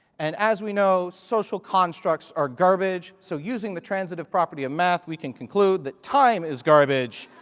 and as we know, social constructs are garbage, so, using the transitive property of math, we can conclude that time is garbage.